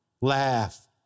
Laugh